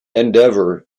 endeavour